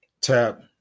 Tap